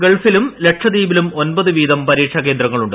ഗൾഫിലും ലക്ഷദ്വീപിലും ഒൻപതു വീതം പരീക്ഷാ കേന്ദ്രങ്ങളുണ്ട്